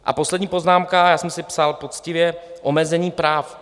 A poslední poznámka, já jsem si je psal poctivě omezení práv.